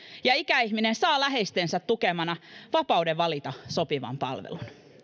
ja ikäihminen saa läheistensä tukemana vapauden valita sopivan palvelun